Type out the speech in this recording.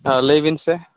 ᱦᱮᱸ ᱞᱟᱹᱭᱵᱤᱱ ᱥᱮ